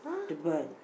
the bird